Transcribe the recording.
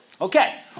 Okay